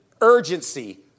urgency